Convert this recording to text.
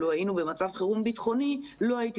לו היינו במצב חירום ביטחוני לא הייתי